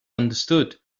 understood